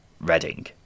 Reading